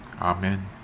Amen